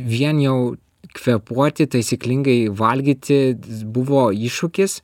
vien jau kvėpuoti taisyklingai valgyti buvo iššūkis